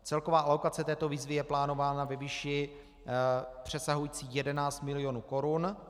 Celková alokace této výzvy je plánována ve výši přesahující 11 milionů korun.